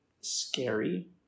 scary